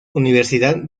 universidad